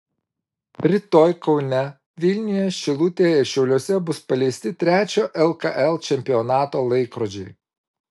rytoj kaune vilniuje šilutėje ir šiauliuose bus paleisti trečiojo lkl čempionato laikrodžiai